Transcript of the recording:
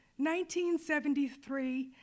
1973